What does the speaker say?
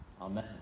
Amen